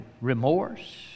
remorse